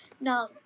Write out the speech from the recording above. now